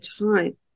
time